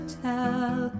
tell